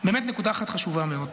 נקודה חשובה מאוד.